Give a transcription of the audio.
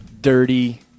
dirty